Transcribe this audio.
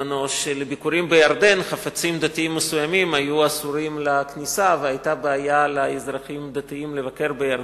שבביקורים בירדן היה אסור להכניס חפצים דתיים מסוימים,